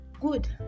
good